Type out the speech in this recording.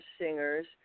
singers